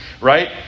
Right